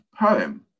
poem